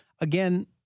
again